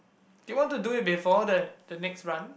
do you want to do it before the the next run